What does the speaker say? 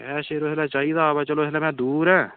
ते चाहिदा ते अच्छा यरो में इसलै दूर ऐं